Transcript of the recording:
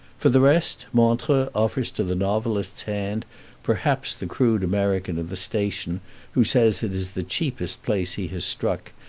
for the rest, montreux offers to the novelist's hand perhaps the crude american of the station who says it is the cheapest place he has struck,